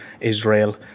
Israel